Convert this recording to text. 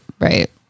Right